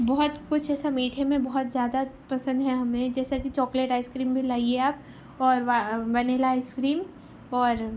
بہت کچھ ایسا میٹھے میں بہت زیادہ پسند ہے ہمیں جیسے کہ چاکلیٹ آئس کریم بھی لائیے آپ اور وہ ونیلا آئس کریم اور